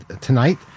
tonight